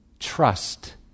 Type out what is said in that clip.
trust